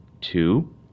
Two